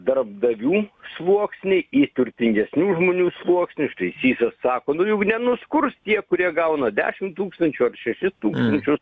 darbdavių sluoksnį į turtingesnių žmonių sluoksnį štai sysas sako nu jau nenuskurs tie kurie gauna dešim tūkstančių ar šešis tūkstančius